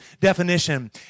definition